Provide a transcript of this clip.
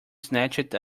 snatched